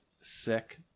sick